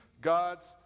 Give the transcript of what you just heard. God's